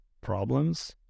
problems